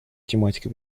тематика